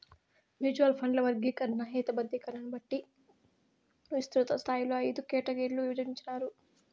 mutual ఫండ్ల వర్గీకరణ, హేతబద్ధీకరణని బట్టి విస్తృతస్థాయిలో అయిదు కేటగిరీలుగా ఇభజించినారు